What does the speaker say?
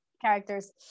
characters